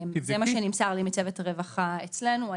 זה מה שנמסר לי מצוות הרווחה אצלנו.